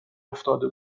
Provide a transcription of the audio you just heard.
افتاده